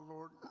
Lord